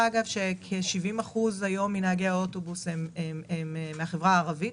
כ-70% מנהגי האוטובוס היום הם מהחברה הערבית.